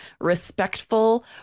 respectful